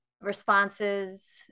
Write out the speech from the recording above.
responses